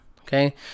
okay